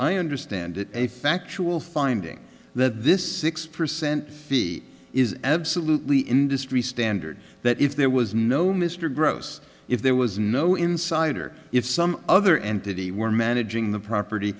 i understand it a factual finding that this six percent fee is absolutely industry standard that if there was no mr gross if there was no insider if some other entity were managing the property